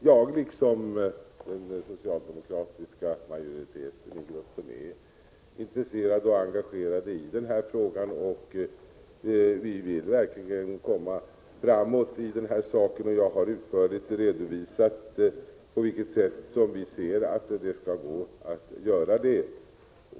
Jag liksom den socialdemokratiska majoriteten i övrigt är intresserad av och engagerad i den här frågan, Arne Svensson. Vi vill verkligen komma framåt i saken. Jag har också utförligt redovisat på vilket sätt vi tror att det skall gå att göra det.